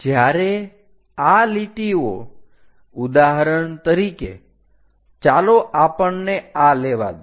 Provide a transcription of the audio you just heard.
જ્યારે આ લીટીઓ ઉદાહરણ તરીકે ચાલો આપણને આ લેવા દો